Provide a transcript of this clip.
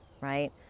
right